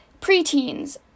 preteens